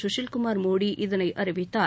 சுஷில் குமார் மோடி இதனை அறிவித்தார்